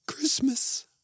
Christmas